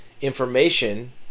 information